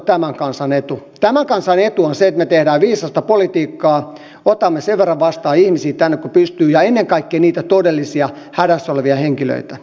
tämän kansan etu on se että me teemme viisasta politiikkaa otamme sen verran vastaan ihmisiä tänne kuin pystyy ja ennen kaikkea niitä todellisia hädässä olevia henkilöitä